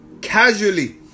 Casually